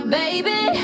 baby